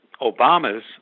Obama's